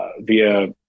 via